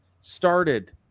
started